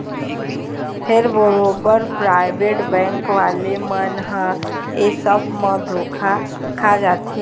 फेर बरोबर private bank वाले मन ह ऐ सब म धोखा खा जाथे